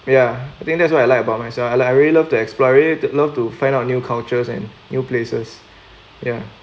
ya I think that's what I like about myself and I really love to explore I really love to find out new cultures and new places ya